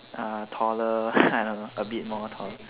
uh taller a bit more taller